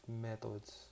methods